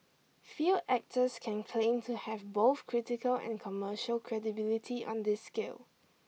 few actors can claim to have both critical and commercial credibility on this scale